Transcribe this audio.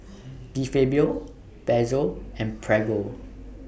De Fabio Pezzo and Prego